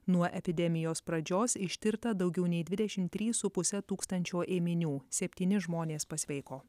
nuo epidemijos pradžios ištirta daugiau nei dvidešim trys su puse tūkstančio ėminių septyni žmonės pasveiko